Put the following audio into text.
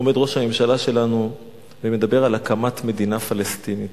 עומד ראש הממשלה שלנו ומדבר על הקמת מדינה פלסטינית.